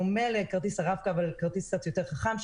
דומה לכרטיס הרב-קו אבל הוא קצת יותר חכם,